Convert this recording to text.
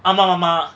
ஆமா மாமா:aama mama